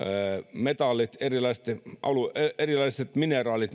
metallit erilaiset mineraalit